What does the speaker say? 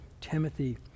Timothy